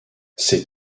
ces